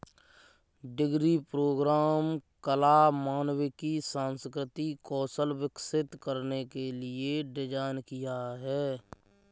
degree programme कला, मानविकी, सांस्कृतिक कौशल विकसित करने के लिए डिज़ाइन किया है